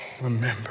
remember